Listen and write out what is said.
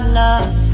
love